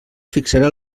fixarà